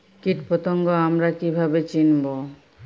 কীটপতঙ্গ আমরা কীভাবে চিনব?